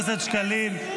זה בדיוק הפוך.